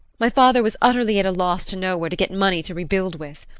my father was utterly at a loss to know where to get money to rebuild with.